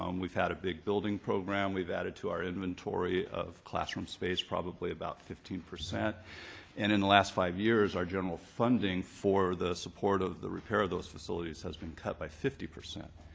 um we've had a big building program. we've added to our inventory of classroom space probably about fifteen percent and in the last five years, our general funding for the support of the repair of those facilities has been cut by fifty percent.